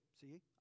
see